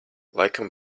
laikam